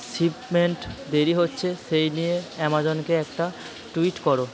shipment দেরি হচ্ছে সেই নিয়ে অ্যামাজনকে একটা টুইট করো